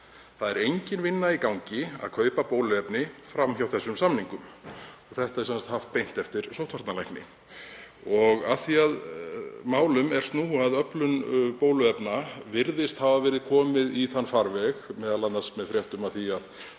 Það er engin vinna í gangi að kaupa bóluefni fram hjá þessum samningum.“ Þetta er sem sagt haft beint eftir sóttvarnalækni. Af því að málum er snúa að öflun bóluefna virðist hafa verið komið í þann farveg, m.a. með fréttum af því að